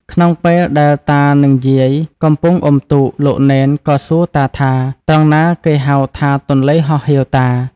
ក្នុងពេលដែលតានិងយាយកំពុងអុំទូក លោកនេន ក៏សួរតាថា ត្រង់ណាគេហៅថាទន្លេហោះហៀវតា ?